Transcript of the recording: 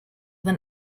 than